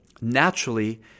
naturally